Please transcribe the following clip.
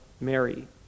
Mary